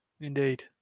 Indeed